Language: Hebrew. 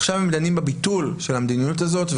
עכשיו הם דנים בביטול של המדיניות הזאת,